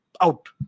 out